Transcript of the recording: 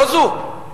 לא זאת,